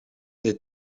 des